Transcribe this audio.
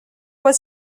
was